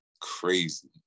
Crazy